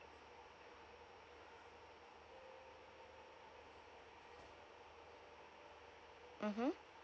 mmhmm